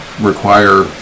require